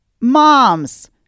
moms